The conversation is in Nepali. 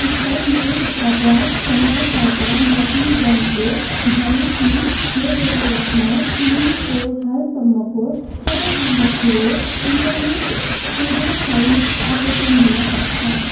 स्काई न्युज अपराध संवाददाता मार्टिन ब्रन्टले भने कि यो बेलायतमा चुलिएको हालसम्मको सबैभन्दा ठुलो इन्टरनेट पेडोफाइल अपरेसन हुन सक्छ